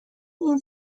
این